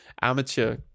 amateur